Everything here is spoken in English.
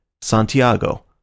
Santiago